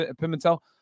Pimentel